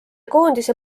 koondise